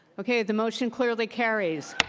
okay. the motion clearly carries.